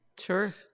Sure